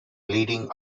leading